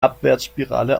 abwärtsspirale